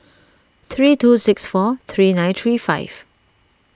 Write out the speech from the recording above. three two six four three nine three five